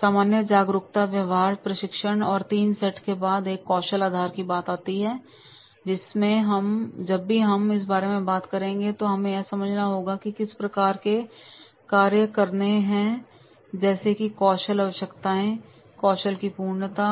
सामान्य जागरूकता व्यवहार प्रशिक्षण और 3 सेट के बाद एक कौशल आधार की बात आती है जिसमें जब भी हम इस बारे में बात करते हैं तो हमें यह समझना होगा कि किस प्रकार के कार्य करने हैं जैसे कि कौशल की आवश्यकताएं कौशल की पूर्णता